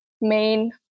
main